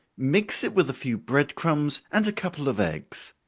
mix it with a few bread crumbs, and a couple of eggs.